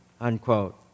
unquote